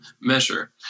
measure